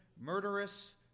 murderous